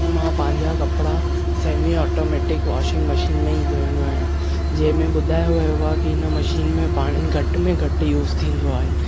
मां पंहिंजा कपिड़ा सेमी ऑटोमेटिक वॉशिंग मशीन में ई धुईंदो आहियां जंहिंमे ॿुधायो वियो आहे की इन मशीन में पाणी घटि में घटि यूस थींदो आहे